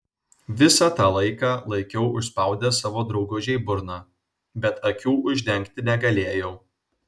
visą tą laiką laikiau užspaudęs savo draugužei burną bet akių uždengti negalėjau